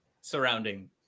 surrounding